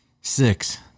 Six